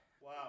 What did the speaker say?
Wow